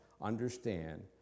understand